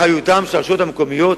אחריותן של הרשויות המקומיות,